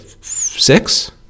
six